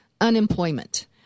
unemployment